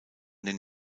den